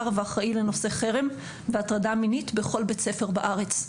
ואחראי לנושא חרם והטרדה מינית בכל בית ספר בארץ.